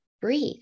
breathe